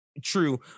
true